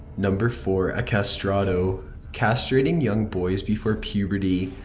number four. a castrato castrating young boys before puberty,